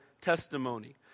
testimony